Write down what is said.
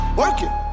working